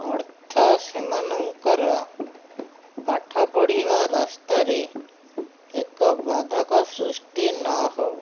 ଅର୍ଥ ସେମାନଙ୍କର ପାଠପଢ଼ିବା ରାସ୍ତାରେ ଏକ ବାଧକ ସୃଷ୍ଟି ନହେଉ